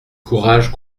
courage